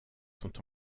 sont